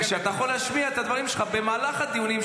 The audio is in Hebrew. -- שאתה יכול להשמיע את הדברים שלך במהלך הדיונים,